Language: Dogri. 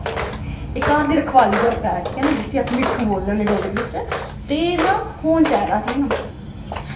घर दी रखवाली करदा ऐ जिसी अस मिट्ठू बोलने होने डोगरी च ते ओह् ना होना चाही दा